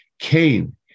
Cain